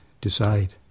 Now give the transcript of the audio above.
decide